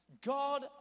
God